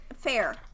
Fair